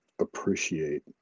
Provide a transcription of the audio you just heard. appreciate